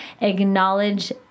acknowledge